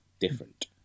different